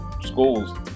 schools